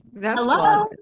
Hello